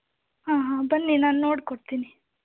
ಹಾಂ ಹಾಂ ಬನ್ನಿ ನಾನು ನೋಡಿ ಕೊಡ್ತೀನಿ